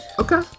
Okay